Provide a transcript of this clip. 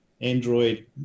Android